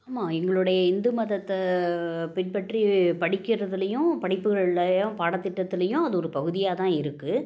ஆமாம் எங்களுடைய இந்து மதத்தை பின்பற்றி படிக்கிறதுலையும் படிப்புகள்லயும் பாடத்திட்டத்திலையும் அது ஒரு பகுதியாக தான் இருக்கு